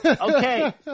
Okay